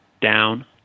down